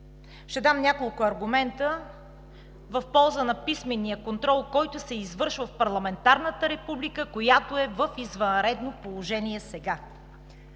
Ще дам няколко аргумента в полза на писмения контрол, който се извършва в парламентарната република, която е в извънредно положение сега.